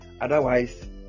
Otherwise